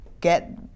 get